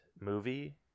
movie